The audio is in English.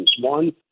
One